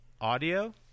audio